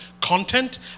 content